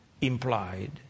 implied